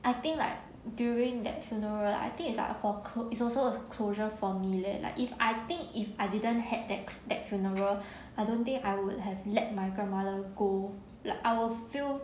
I think like during that funeral I think it's for our close is also a closure for me leh like if I think if I didn't have that that funeral I don't think I would have let my grandmother go like I will feel